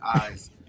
eyes